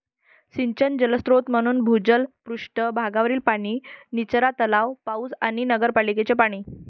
सिंचन जलस्रोत म्हणजे भूजल, पृष्ठ भागावरील पाणी, निचरा तलाव, पाऊस आणि नगरपालिकेचे पाणी